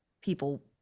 people